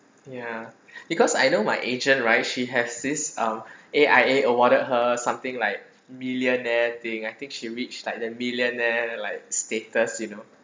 ya because I know my agent right she has this um A_I_A awarded her something like millionaire thing I think she reached like the millionaire like status you know